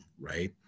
right